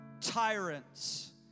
tyrants